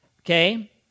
okay